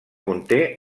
conté